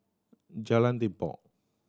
Jalan Tepong